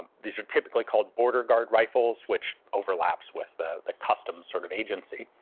these are typically called border guard rifles which overlaps with the the customs sort of agency.